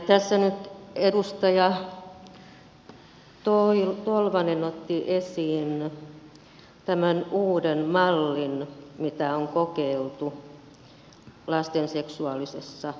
tässä nyt edustaja tolvanen otti esiin tämän uuden mallin mitä on kokeiltu lasten seksuaalisessa hyväksikäytössä